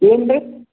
ಏನು ರೀ